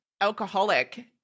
alcoholic